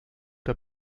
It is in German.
der